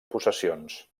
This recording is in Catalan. possessions